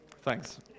thanks